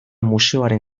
museoaren